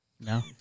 No